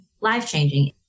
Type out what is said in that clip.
life-changing